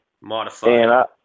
Modified